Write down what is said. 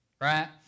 Right